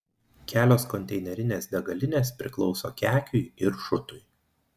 kelios konteinerinės degalinės priklauso kekiui ir šutui